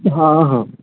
ହଁ ହଁ